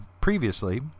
previously